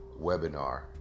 webinar